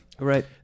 Right